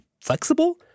flexible